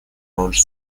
роль